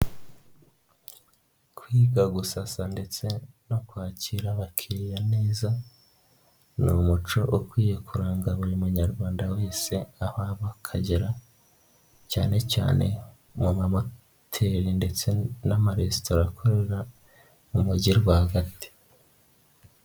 Kwiga gusasa ndetse no kwakira abakiriya neza ni umuco ukwiye kuranga buri Munyarwanda wese aho ava akagera cyane cyane mu mahoteli ndetse n'amaresitora akorera mu mujyi rwagati.